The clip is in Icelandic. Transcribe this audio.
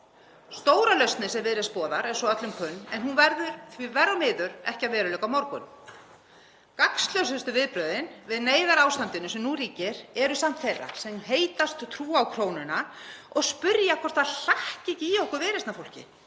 Stóra lausnin sem Viðreisn boðar er svo öllum kunn, en hún verður því verr og miður ekki að veruleika á morgun. Gagnslausustu viðbrögðin við neyðarástandinu sem nú ríkir eru samt þeirra sem heitast trúa á krónuna, og spyrja hvort það hlakki ekki í okkur Viðreisnarfólki